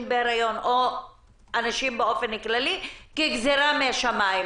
בהיריון או אנשים באופן כללי כגזירה מהשמיים,